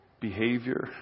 behavior